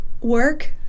Work